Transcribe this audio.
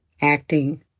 acting